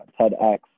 TEDx